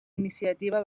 iniciativa